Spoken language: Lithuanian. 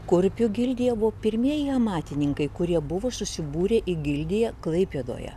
kurpių gildija buvo pirmieji amatininkai kurie buvo susibūrę į gildiją klaipėdoje